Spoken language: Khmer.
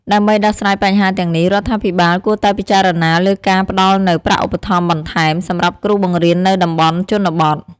ដើម្បីដោះស្រាយបញ្ហាទាំងនេះ រដ្ឋាភិបាលគួរតែពិចារណាលើការផ្តល់នូវ ប្រាក់ឧបត្ថម្ភបន្ថែម សម្រាប់គ្រូបង្រៀននៅតំបន់ជនបទ។